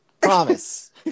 Promise